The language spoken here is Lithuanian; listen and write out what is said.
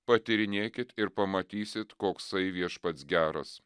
patyrinėkit ir pamatysit koksai viešpats geras